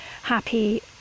happy